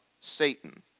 Satan